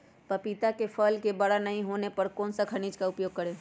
पपीता के फल को बड़ा नहीं होने पर कौन सा खनिज का उपयोग करें?